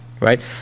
right